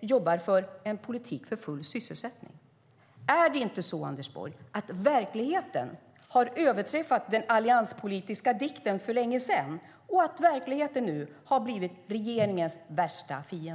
jobbar för full sysselsättning på allvar. Är det inte så, Anders Borg, att verkligheten har överträffat den allianspolitiska dikten för länge sedan och att verkligheten har blivit regeringens värsta fiende?